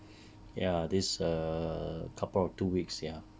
ya these err couple of two weeks ya